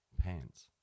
pants